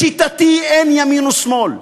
לשיטתי אין ימין ושמאל.